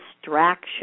distraction